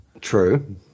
True